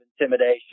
intimidation